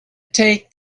take